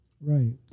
right